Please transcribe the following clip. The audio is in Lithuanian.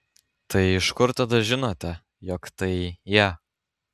tai iš kur tada žinote jog tai jie